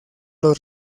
los